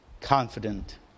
confident